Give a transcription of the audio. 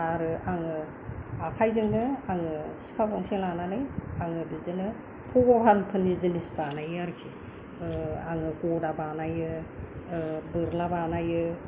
आरो आङो आखायजोंनो आङो सिखा गंसे लानानै आङो बिदिनो भगवानफोरनि जिनिस बानायो आरोखि आङो गदा बानायो ओ बोरला बानायो